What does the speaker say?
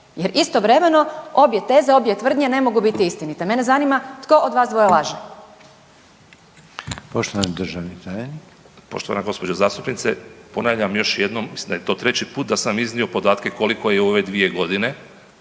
jer istovremeno obje teze, obje tvrdnje ne mogu biti istinite. Mene zanima tko od vas dvoje laže. **Reiner, Željko (HDZ)** Poštovani državni tajnik. **Katić, Žarko** Poštovana gospođo zastupnice. Ponavljam još jednom, mislim da je to treći put da sam iznio podatke koliko je u ove dvije godine